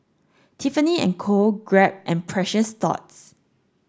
Tiffany and Co Grab and Precious Thots